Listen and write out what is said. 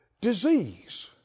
Disease